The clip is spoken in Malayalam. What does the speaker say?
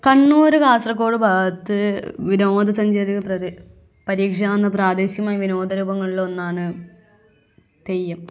കണ്ണൂര് കാസർഗോഡ് ഭാഗത്ത് വിനോദ സഞ്ചാരി പ്രദേ പരിചിതമായ പ്രാദേശികമായ വിനോദ രൂപങ്ങളിലൊന്നാണ് തെയ്യം